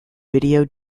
video